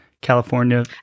california